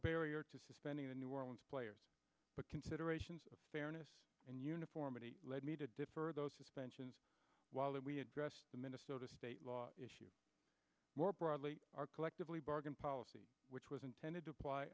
barrier to suspending the new orleans players but considerations of fairness and uniformity led me to defer those suspensions while we address the minnesota state law issues more broadly are collectively bargain policy which was intended to